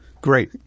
Great